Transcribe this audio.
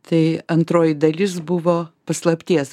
tai antroji dalis buvo paslapties